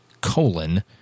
colon